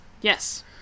Yes